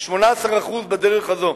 18% בדרך הזו.